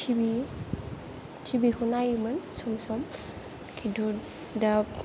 T V टिभिखौ नायोमोन सम सम खिन्थु दा